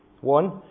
One